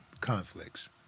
conflicts